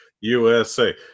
USA